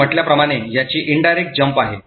मी म्हटल्याप्रमाणे ह्याची indirect jump आहे